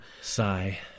Sigh